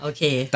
Okay